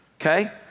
okay